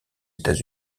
états